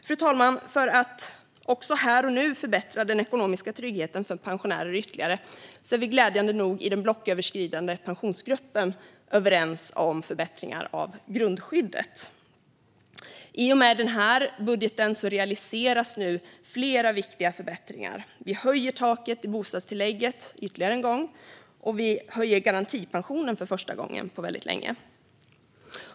Fru talman! Det handlar också om att här och nu ytterligare förbättra den ekonomiska tryggheten för pensionärer. Vi är glädjande nog i den blocköverskridande Pensionsgruppen överens om förbättringar av grundskyddet. I och med denna budget realiseras flera viktiga förbättringar. Vi höjer taket i bostadstillägget ytterligare en gång, och vi höjer garantipensionen för första gången på väldigt länge.